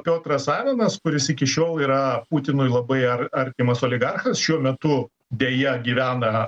piotras avenas kuris iki šiol yra putinui labai ar artimas oligarchas šiuo metu deja gyvena